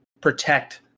protect